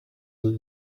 that